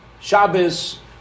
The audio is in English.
Shabbos